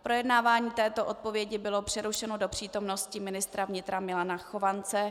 Projednávání této odpovědi bylo přerušeno do přítomnosti ministra vnitra Milana Chovance.